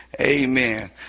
Amen